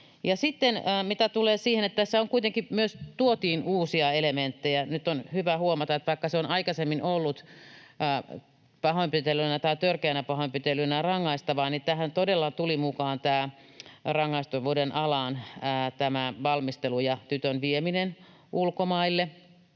sitten mitä tulee siihen, että tässä kuitenkin myös tuotiin uusia elementtejä, niin nyt on hyvä huomata, että vaikka se on aikaisemmin ollut pahoinpitelynä tai törkeänä pahoinpitelynä rangaistavaa, niin tähän rangaistavuuden alaan todella tuli mukaan valmistelu ja tytön vieminen ulkomaille,